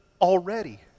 already